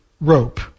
rope